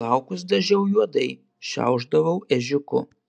plaukus dažiau juodai šiaušdavau ežiuku